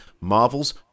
Marvel's